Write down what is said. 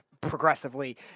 progressively